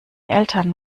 eltern